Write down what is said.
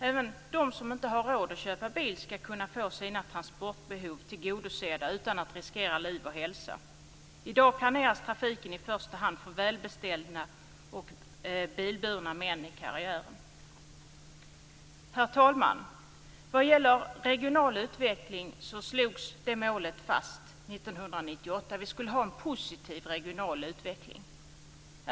Även de som inte har råd att köpa bil ska kunna få sina transportbehov tillgodosedda utan att riskera liv och hälsa. I dag planeras trafiken i första hand för välbeställda och bilburna män i karriären. Herr talman! När det gäller regional utveckling slogs målet fast 1998. Vi skulle ha en positiv regional utveckling.